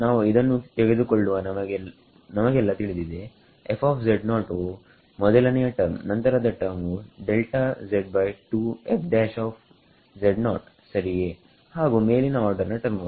ನಾವು ಇದನ್ನು ತೆಗೆದುಕೊಳ್ಳುವ ನಮಗೆಲ್ಲ ತಿಳಿದಿದೆ f ವು ಮೊದಲನೆಯ ಟರ್ಮ್ ನಂತರದ ಟರ್ಮ್ ವುಸರಿಯೇ ಹಾಗು ಮೇಲಿನ ಆರ್ಡರ್ ನ ಟರ್ಮುಗಳು